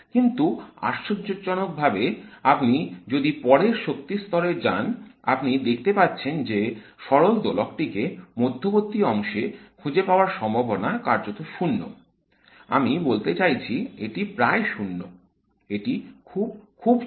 কিন্তু আশ্চর্যজনকভাবে আপনি যদি পরের শক্তির স্তরে যান আপনি দেখতে পাচ্ছেন যে সরল দোলক টিকে মধ্যবর্তী অংশে খুঁজে পাওয়ার সম্ভাবনা কার্যত 0 আমি বলতে চাইছি এটি প্রায় 0 এটা খুব খুব ছোট